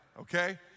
okay